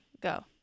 go